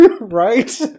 Right